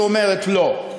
שאומרת: לא.